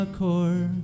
core